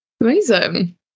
Amazing